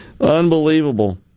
Unbelievable